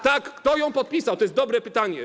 Tak, kto ją podpisał, to jest dobre pytanie.